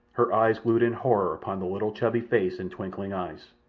her eyes glued in horror upon the little chubby face and twinkling eyes.